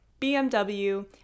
BMW